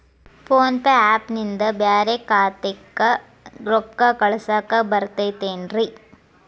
Phone pay app ನಿಂದ ಬ್ಯಾರೆ ಖಾತೆಕ್ ರೊಕ್ಕಾ ಕಳಸಾಕ್ ಬರತೈತೇನ್ರೇ?